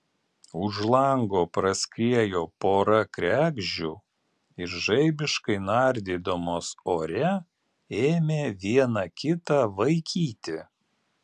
už lango praskriejo pora kregždžių ir žaibiškai nardydamos ore ėmė viena kitą vaikyti